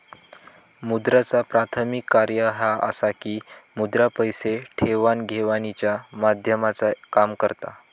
मुद्राचा प्राथमिक कार्य ह्या असा की मुद्रा पैसे देवाण घेवाणीच्या माध्यमाचा काम करता